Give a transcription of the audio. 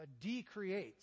decreates